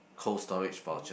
Cold Storage voucher